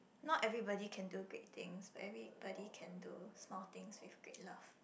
not everybody can do great things but everybody can do small things with great love